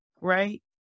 right